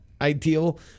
ideal